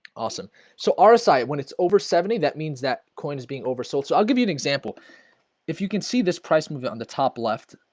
awesome so our sight when it's over seventy that means that coin is being oversold so i'll give you an example if you can see this price move it on the top left.